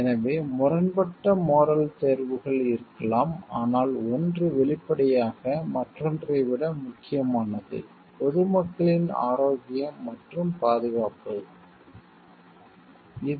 எனவே முரண்பட்ட மோரல் தேர்வுகள் இருக்கலாம் ஆனால் ஒன்று வெளிப்படையாக மற்றொன்றை விட முக்கியமானது பொது மக்களின் ஆரோக்கியம் மற்றும் பாதுகாப்பது